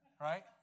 right